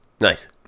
nice